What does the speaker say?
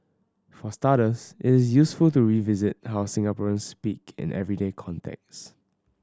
for starters it is useful to revisit how Singaporeans speak in everyday contexts